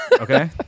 okay